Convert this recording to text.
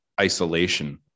isolation